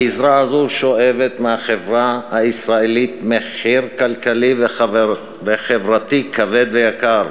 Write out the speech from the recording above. הגזרה הזו שואבת מהחברה הישראלית מחיר כלכלי וחברתי כבד ויקר.